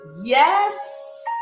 Yes